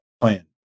plan